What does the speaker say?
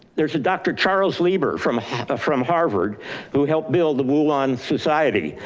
there's a dr. charles leiber from ah from harvard who helped build the wuhan society.